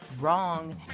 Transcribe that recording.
Wrong